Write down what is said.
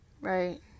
right